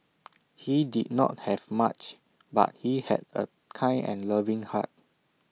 he did not have much but he had A kind and loving heart